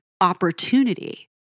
opportunity